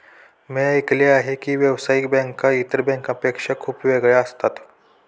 मी ऐकले आहे की व्यावसायिक बँका इतर बँकांपेक्षा खूप वेगळ्या असतात